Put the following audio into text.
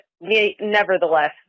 nevertheless